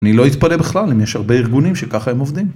אני לא אתפלא בכלל אם יש הרבה ארגונים שככה הם עובדים.